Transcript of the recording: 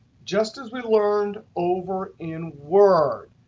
just as we learned over in word,